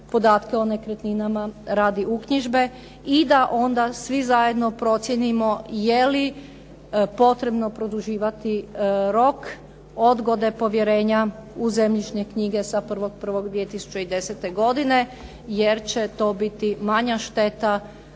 o nekretninama radi uknjižbe, i da onda svi zajedno procijenimo je li potrebno produživati rok odgode povjerenja u zemljišne knjige sa 1.1.2010. godine, jer će to biti manja šteta